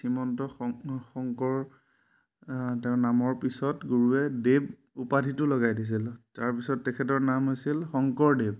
শ্ৰীমন্ত শংকৰ তেওঁৰ নামৰ পিছত গুৰুৱে দেৱ উপাধিটো লগাই দিছিল তাৰপিছত তেখেতৰ নাম হৈছিল শংকৰদেৱ